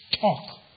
Talk